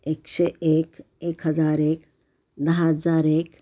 एकशे एक एक हजार एक दहा हजार एक